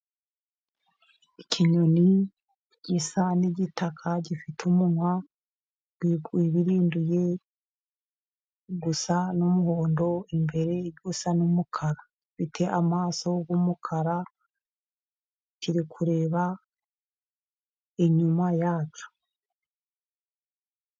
ikinyoni gisa n'igitaka, gifite umunwa wibirinduye usa n'umuhondo imbere usa n'umukara ,gifite amaso y'umukara, kiri kureba inyuma yacyo.